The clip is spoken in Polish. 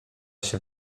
się